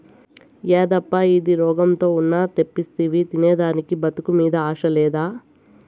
యేదప్పా ఇది, రోగంతో ఉన్న తెప్పిస్తివి తినేదానికి బతుకు మీద ఆశ లేదా